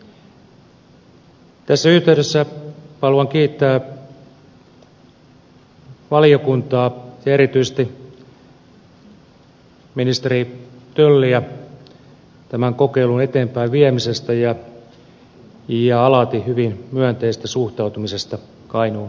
tässä yhteydessä haluan kiittää valiokuntaa erityisesti ministeri tölliä tämän kokeilun eteenpäinviemisestä ja alati hyvin myönteisestä suhtautumisesta kainuun kysymykseen